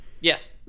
Yes